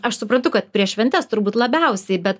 aš suprantu kad prieš šventes turbūt labiausiai bet